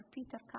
Peter